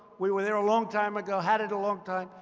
we were there a long time ago, had it a long time.